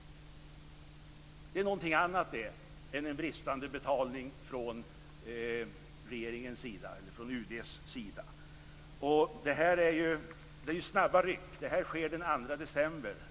Det är någonting annat än en bristande betalning från regeringens sida eller UD:s sida. Det är snabba ryck. Det här sker den 2 december.